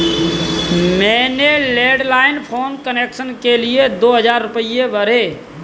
मैंने landline phone connection के लिए दो हजार रुपए भरे